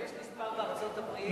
יש מספר בארצות-הברית.